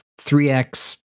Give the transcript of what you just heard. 3x